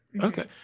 Okay